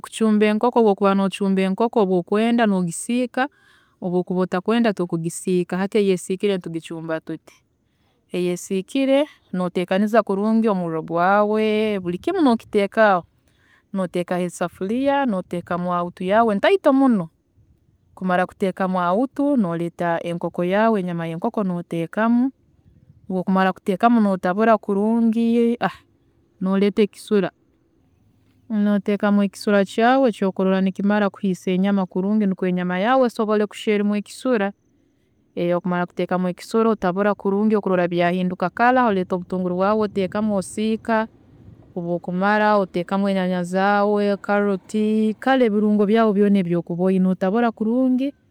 ﻿kucumba enkoko obwokwenda nogisiika obu okuba otakwenda tokugisiika. Hati eyesiikire tugicumba tuti, eyesiikire noteekaniza kurungi omuurro gwawe, buri kimu nokiteeka aho, noteekaho esafuriya, noteekamu awutu yaawe ntaito muno, kumara kuteekamu awutu noreeta enkooko yaawe enyama yenkoko noteekamu, obu okumara kuteekamu notabura kurungi noreeta ekisula, noteekamu ekisula kyaawe nikwe enyama yaawe esobole kushya erimu ekisula. Obu okumara kuteekamu ekisula otabura kurungi, obu okurola byahinduka colour oreeta obutunguru bwaawe oteekamu osiika obu okumara oteekamu enyanya zaawe, carrot, kare ebirungo byawe byoona ebi okuba oyine, otabura kurungi